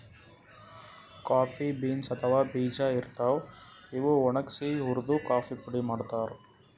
coffee beans ಅಥವಾ ಬೀಜಾ ಇರ್ತಾವ್, ಇವ್ ಒಣಗ್ಸಿ ಹುರ್ದು ಕಾಫಿ ಪುಡಿ ಮಾಡ್ತಾರ್